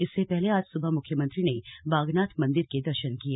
इससे पहले आज सुबह मुख्यमंत्री ने बागनाथ मंदिर के दर्शन किये